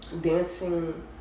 Dancing